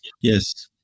yes